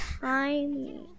tiny